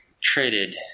traded